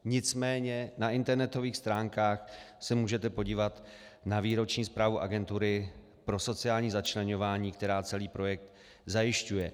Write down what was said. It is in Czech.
Nicméně na internetových stránkách se můžete podívat na výroční zprávy Agentury pro sociální začleňování, která celý projekt zajišťuje.